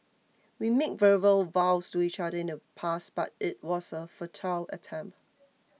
we made verbal vows to each other in the past but it was a futile attempt